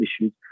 issues